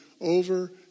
over